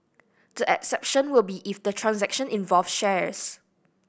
the exception will be if the transaction involved shares